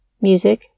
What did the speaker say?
music